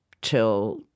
till